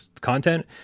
content